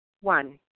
One